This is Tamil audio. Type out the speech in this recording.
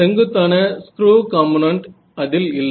செங்குத்தான ஸ்க்ரூ காம்போனன்ட் அதில் இல்லை